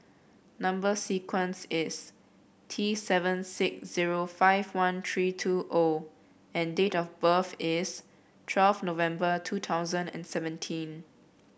number sequence is T seven six zero five one three two O and date of birth is twelve November two thousand and seventeen